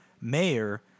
mayor